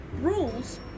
rules